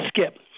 skip